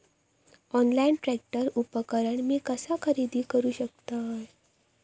Online tractor उपकरण मी कसा खरेदी करू शकतय?